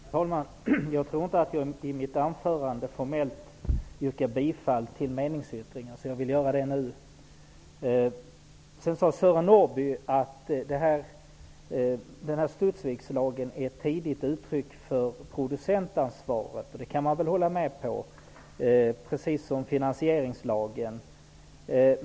Herr talman! Jag tror inte att jag i mitt anförande formellt yrkade bifall till meningsyttringen, så jag vill göra det nu. Sören Norrby sade att Studsvikslagen är ett tidigt uttryck för producentansvar. Det kan man väl hålla med om, precis som finansieringslagen.